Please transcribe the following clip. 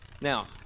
Now